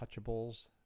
touchables